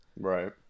Right